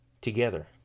Together